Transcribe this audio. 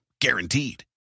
Guaranteed